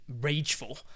rageful